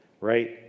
right